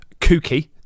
kooky